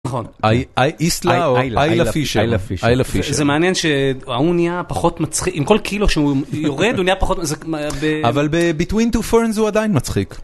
נכון, אייסט לאו, איילה פישר, איילה פישר, זה מעניין שההוא נהיה פחות מצחיק, עם כל קילו שהוא יורד הוא נהיה פחות מצחיק, אבל בbetween two ferns הוא עדיין מצחיק.